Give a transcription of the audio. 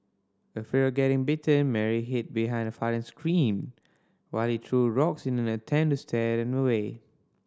afraid of getting bitten Mary hid behind her father and screamed while he threw rocks in an attempt to scare them away